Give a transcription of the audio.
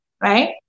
right